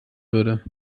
würde